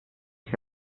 che